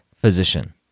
physician